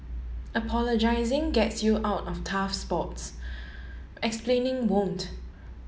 apologising gets you out of tough spots explaining won't